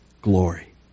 glory